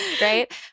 right